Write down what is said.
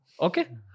Okay